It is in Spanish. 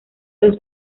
los